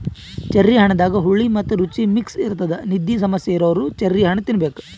cherry ಹಣ್ಣದಾಗ್ ಹುಳಿ ಮತ್ತ್ ರುಚಿ ಮಿಕ್ಸ್ ಇರ್ತದ್ ನಿದ್ದಿ ಸಮಸ್ಯೆ ಇರೋರ್ ಚೆರ್ರಿ ಹಣ್ಣ್ ತಿನ್ನಬೇಕ್